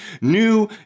new